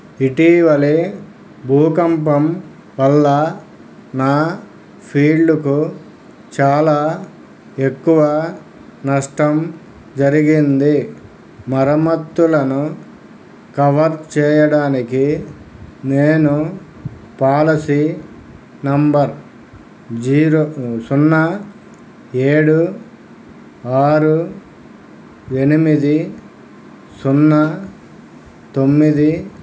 ఇటీవలి భూకంపం వల్ల నా ఫీల్డుకు చాలా ఎక్కువ నష్టం జరిగింది మరమ్మతులను కవర్ చేయడానికి నేను పాలసీ నెంబర్ సున్నా ఏడు ఆరు ఎనిమిది సున్నా తొమ్మిది